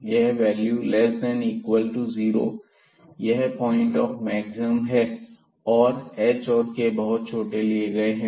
तो यह value less than equal to zero यह पॉइंट ऑफ मैक्सिमम है और hऔर k बहुत छोटे लिए गए हैं